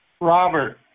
Robert